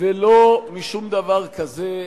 ולא משום דבר כזה.